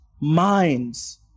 minds